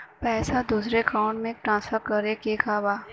पैसा दूसरे अकाउंट में ट्रांसफर करें के बा?